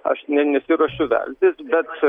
aš ne nesiruošiu veltis bet